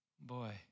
Boy